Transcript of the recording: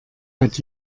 hat